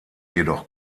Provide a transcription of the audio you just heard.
jedoch